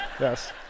Yes